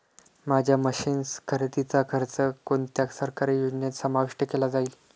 माझ्या मशीन्स खरेदीचा खर्च कोणत्या सरकारी योजनेत समाविष्ट केला जाईल?